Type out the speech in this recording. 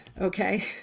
Okay